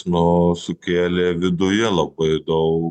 nu sukėlė viduje labai daug